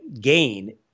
gain